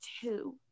two